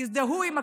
יזדהו עם הכתוב: